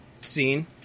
scene